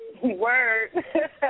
Word